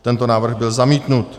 Tento návrh byl zamítnut.